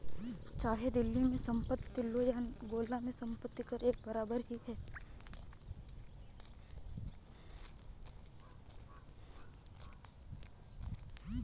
चाहे दिल्ली में संपत्ति लो या गोला में संपत्ति कर एक बराबर ही है